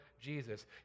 Jesus